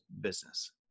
business